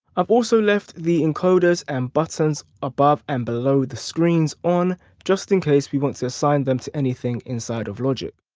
i've also left the encoders and buttons above and below the screens on just in case we want to assign them to anything inside of logic.